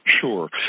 Sure